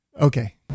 okay